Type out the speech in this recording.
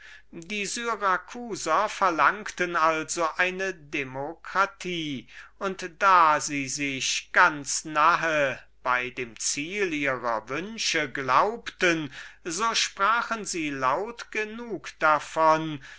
die syracusaner verlangten also eine demokratie und da sie sich ganz nahe bei dem ziel ihrer wünsche glaubten so sprachen sie laut genug davon